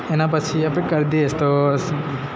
એના પછી આપણે કહીએ તો